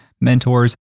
mentors